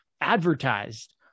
advertised